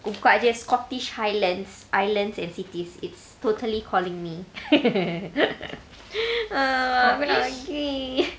buka jer scottish highlands islands and cities it's totally calling me ah aku nak pergi